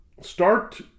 start